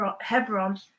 Hebron